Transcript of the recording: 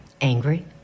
Angry